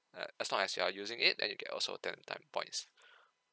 uh as long as you're using it and you get also ten time points